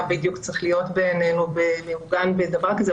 מה בדיוק צריך להיות מעוגן בדבר כזה,